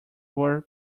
were